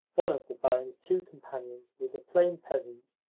one of the barin's two companions was a plain peasant,